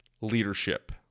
leadership